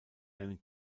einen